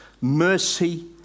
mercy